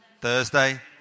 Thursday